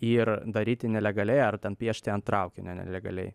ir daryti nelegaliai ar ten piešti ant traukinio nelegaliai